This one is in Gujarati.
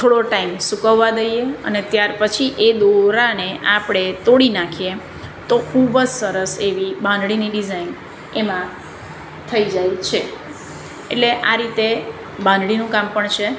થોડો ટાઈમ સુકવવા દઈએ અને ત્યાર પછી એ દોરાને આપણે તોડી નાખીએ તો ખૂબ જ સરસ એવી બાંધણીની ડિઝાઇન એમાં થઈ જાય છે એટલે આ રીતે બાંધણીનું કામ પણ છે